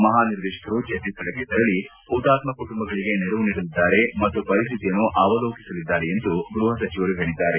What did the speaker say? ಮಹಾನಿರ್ದೇಶಕರು ಛತ್ತೀಸ್ಗಢಕ್ಕೆ ತೆರಳಿ ಹುತಾತ್ನ ಕುಟುಂಬಗಳಿಗೆ ನೆರವು ನೀಡಲಿದ್ದಾರೆ ಮತ್ತು ಪರಿಸ್ಟಿತಿಯನ್ನು ಅವಲೋಕಿಸಲಿದ್ದಾರೆ ಎಂದು ಗ್ಲಹ ಸಚಿವರು ಹೇಳಿದ್ದಾರೆ